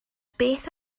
beth